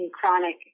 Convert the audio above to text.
chronic